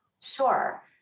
sure